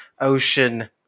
Ocean